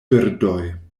birdoj